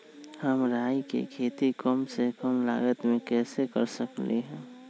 हम राई के खेती कम से कम लागत में कैसे कर सकली ह?